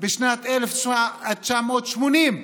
בשנת 1980,